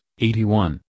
81